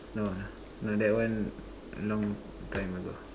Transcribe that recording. no no that one long time ago